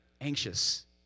anxious